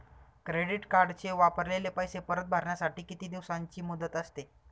Credit कार्डचे वापरलेले पैसे परत भरण्यासाठी किती दिवसांची मुदत असते?